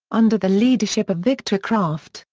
under the leadership of viktor kraft,